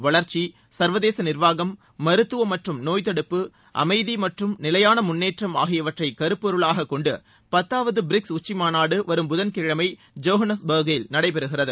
வளர்ச்சி சர்வதேச நிர்வாகம் மருத்துவம் மற்றும் நோய்த்தடுப்பு அமைதி மற்றும் நிலையான முன்னேற்றம் ஆகியவற்றை கருப்பொருளாகக் கொண்டு பத்தாவது பிரிக்ஸ் உச்சிமாநாடு வரும் புதன் கிழமை ஜோகன்னஸ்பர்க்கில் நடைபெறுகிறது